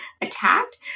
attacked